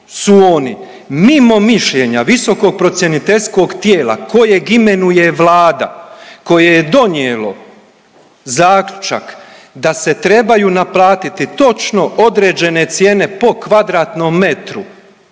su oni mimo mišljenja visokog procjeniteljskog tijela kojeg imenuje Vlada, koje je donijelo zaključak da se trebaju naplatiti točno određene cijene po kvadratnom metru